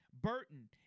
Burton